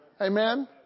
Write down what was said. Amen